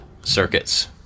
circuits